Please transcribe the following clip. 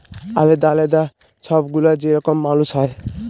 আলেদা আলেদা ছব গুলা যে রকম মালুস হ্যয়